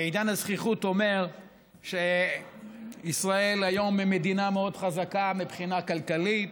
עידן הזחיחות אומר שישראל היום היא מדינה מאוד חזקה מבחינה כלכלית,